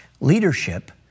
Leadership